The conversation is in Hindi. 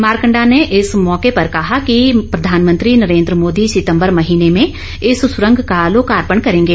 मारकंडा ने इस मौके पर कहा कि प्रधानमंत्री नरेन्द्र मोदी सितम्बर महीने में इस सुरंग का लोकार्पण करेंगे